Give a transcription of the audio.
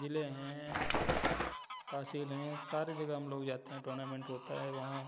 जिले हैं तहसील हैं सारी जगह हम लोग जाते हैं टूर्नामेंट होता है वहाँ